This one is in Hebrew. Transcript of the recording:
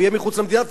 הוא יהיה מחוץ למדינה,